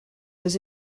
was